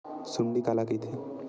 सुंडी काला कइथे?